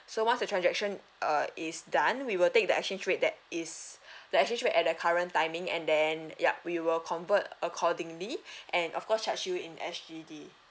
so once your transaction uh is done we will take the exchange rate that is the exchange rate at that current timing and then yup we will convert accordingly and of course charge you in S_G_D